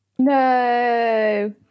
No